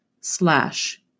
slash